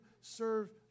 serve